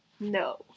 No